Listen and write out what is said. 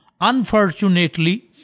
Unfortunately